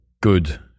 good